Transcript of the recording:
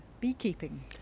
beekeeping